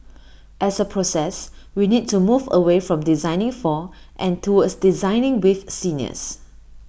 as A process we need to move away from designing for and towards designing with seniors